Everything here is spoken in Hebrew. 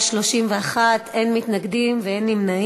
תודה לחברת הכנסת איילת נחמיאס ורבין.